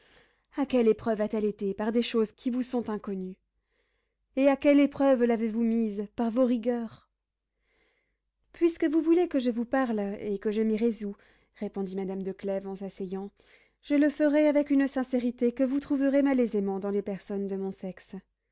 a quelle épreuve a-t-elle été par des choses qui vous sont inconnues et à quelle épreuve l'avez-vous mise par vos rigueurs puisque vous voulez que je vous parle et que je m'y résous répondit madame de clèves en s'asseyant je le ferai avec une sincérité que vous trouverez malaisément dans les personnes de mon sexe